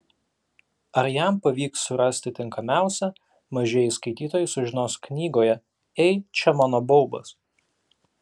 ar jam pavyks surasti tinkamiausią mažieji skaitytojai sužinos knygoje ei čia mano baubas